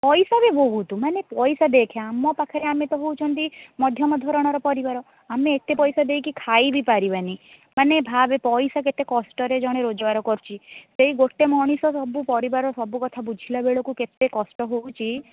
ପଇସା ବି ବହୁତ ମାନେ ପଇସା ଦେଖେ ଆମ ପାଖରେ ଆମେ ତ ହେଉଛନ୍ତି ମଧ୍ୟମ ଧରଣର ପରିବାର ଆମେ ଏତେ ପଇସା ଦେଇକି ଖାଇ ବି ପାରିବାନି ମାନେ ଭାବେ ପଇସା କେତେ କଷ୍ଟରେ ଜଣେ ରୋଜଗାର କରୁଛି ସେଇ ଗୋଟେ ମଣିଷ ସବୁ ସେଇ ପରିବାର ସବୁ କଥା ବୁଝିଲା ବେଳକୁ କେତେ କଷ୍ଟ ହେଉଛି